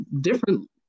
different